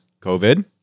COVID